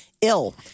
ill